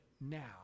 now